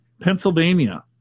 Pennsylvania